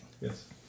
Yes